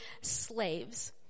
slaves